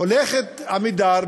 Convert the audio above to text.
הולכת "עמידר",